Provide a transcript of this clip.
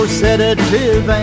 sedative